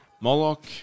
Moloch